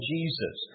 Jesus